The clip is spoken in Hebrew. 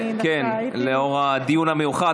אני דווקא הייתי, כן, לאור הדיון המיוחד.